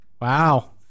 Wow